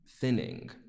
thinning